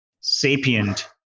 Sapient